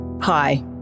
Hi